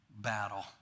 battle